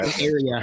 area